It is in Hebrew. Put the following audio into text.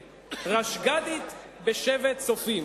רשג"דית בשבט צופים.